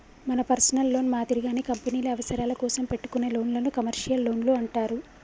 మన personal loan మాదిరిగానే కంపెనీల అవసరాల కోసం పెట్టుకునే లోన్లను కమర్షియల్ లోన్లు అంటారు